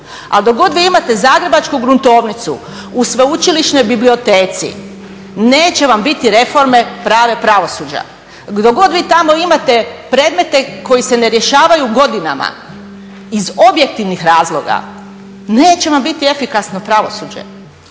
A dok god vi imate zagrebačku gruntovnicu u Sveučilišnoj biblioteci neće vam biti reforme prave pravosuđa. Dok god vi tamo imate predmete koji se ne rješavaju godinama, iz objektivnih razloga neće vam biti efikasno pravosuđe.